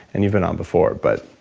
and you've been on before but,